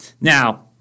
Now